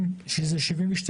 כן, שזה 72%,